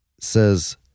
says